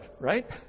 right